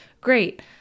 great